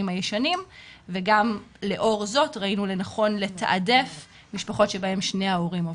הישנים וגם לאור זאת ראינו לנכון לתעדף משפחות שבהן שני ההורים עובדים.